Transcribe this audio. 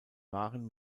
waren